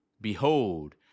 Behold